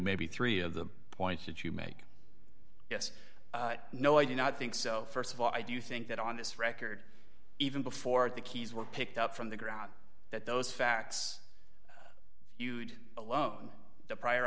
maybe three of the points that you make yes no i do not think so st of all i do think that on this record even before the keys were picked up from the ground that those facts you'd alone the prior